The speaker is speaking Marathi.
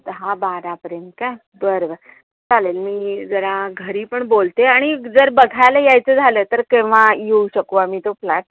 दहा बारापर्यंत का बरं बरं चालेल मी जरा घरी पण बोलते आणि जर बघायला यायचं झालं तर केव्हा येऊ शकू आम्ही तो फ्लॅट